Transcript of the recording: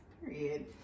period